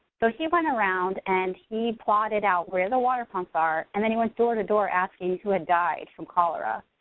so he went around and he plotted out where the water pumps are and then he went door to door asking who had died from cholera,